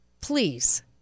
please